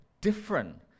different